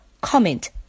comment